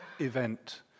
event